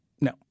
No